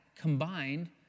combined